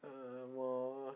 err 我